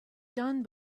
done